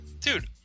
Dude